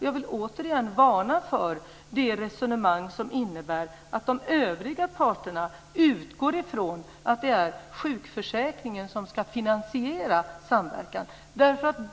Jag vill återigen varna för det resonemang som innebär att de övriga parterna utgår från att det är sjukförsäkringen som ska finansiera samverkan.